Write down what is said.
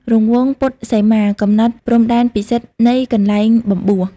រង្វង់ពុទ្ធសីមា កំណត់ព្រំដែនពិសិដ្ឋនៃកន្លែងបំបួស។